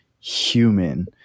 human